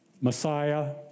Messiah